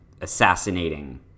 assassinating